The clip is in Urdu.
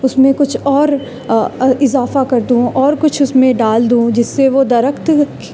اس میں کچھ اور اضافہ کر دوں اور کچھ اس میں ڈال دوں جس سے وہ درخت